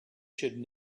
should